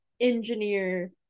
engineer